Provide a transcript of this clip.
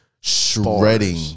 shredding